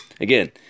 again